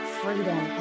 freedom